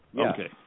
Okay